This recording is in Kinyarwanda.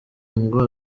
ngo